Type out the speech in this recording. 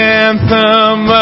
anthem